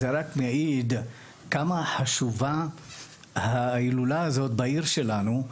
זה רק מעיד כמה חשובה ההילולה הזאת בעיר שלנו.